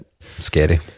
Scary